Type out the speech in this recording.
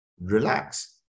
relax